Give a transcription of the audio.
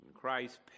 Christ